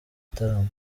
gitaramo